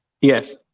Yes